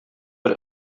бер